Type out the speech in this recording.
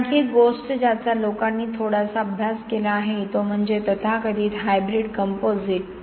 तर आणखी एक गोष्ट ज्याचा लोकांनी थोडासा अभ्यास केला आहे तो म्हणजे तथाकथित हायब्रीड कंपोझिट